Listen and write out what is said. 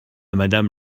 madame